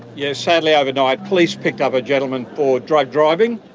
yes sadly overnight, police picked up a gentleman for drug driving.